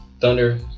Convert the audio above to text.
Thunder